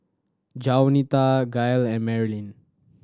Jaunita Gail and Marylyn